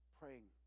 praying